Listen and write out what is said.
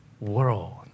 world